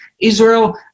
Israel